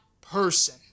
person